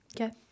Okay